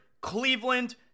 Cleveland